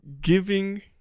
giving